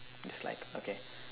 dislike okay